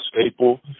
staple